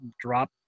drop